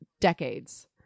decades